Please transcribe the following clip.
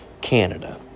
Canada